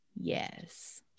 yes